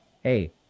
hey